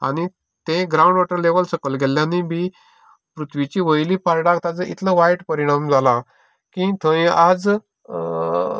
आनी तें ground water level सकयल गेल्ल्यानूय बी पृथ्वीची वयली पार्ट आसा तें इतलें वायट परिणाम जाला की थंय आज